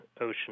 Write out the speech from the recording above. ocean